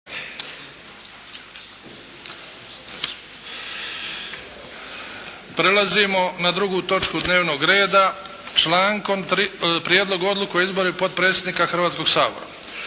Prelazimo na drugu točku dnevnog reda 2. Prijedlog odluke o izboru potpredsjednika Hrvatskoga sabora